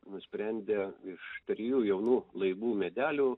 nusprendė iš trijų jaunų laibų medelių